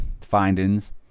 findings